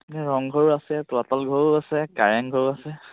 ৰংঘৰ আছে তলাতল ঘৰো আছে কাৰেং ঘৰো আছে